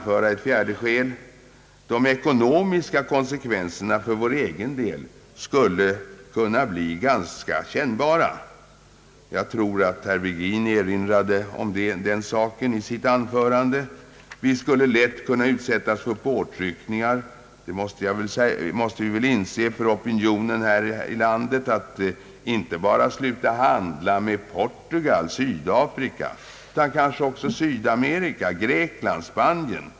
För det fjärde skulle de ekonomiska konsekvenserna för vår egen del bli ganska kännbara. Jag tror att herr Virgin erinrade om den saken i sitt an förande. Vi skulle lätt kunna utsättas för påtryckningar från opinionen här i landet — det måste vi inse — att inte bara sluta handla med Portugal och Sydafrika, utan kanske också att sluta handla med Sydamerika, Grekland och Spanien.